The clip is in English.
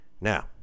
Now